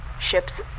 ships